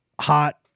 hot